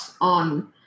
on